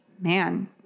Man